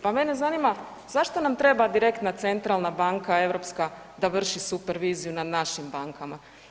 Pa mene zanima, zašto nam treba direktna centralna banka europska da vrši superviziju nad našim bankama.